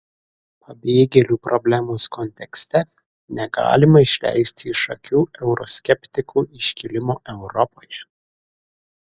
pabėgėlių problemos kontekste negalima išleisti iš akių euroskeptikų iškilimo europoje